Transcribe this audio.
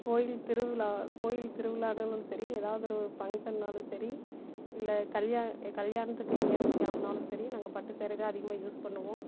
கோவில் திருவிழா கோவில் திருவிழானாலும் சரி எதாவதொரு ஃபங்க்ஷன்னாலும் சரி இல்லை கல்யாணம் கல்யாணத்துக்கு எங்கேயாவது கிளம்புனாலும் சரி நாங்கள் பட்டு சேரீ தான் அதிகமாக யூஸ் பண்ணுவோம்